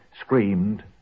screamed